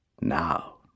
now